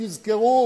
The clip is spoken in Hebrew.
תזכרו